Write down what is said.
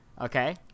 okay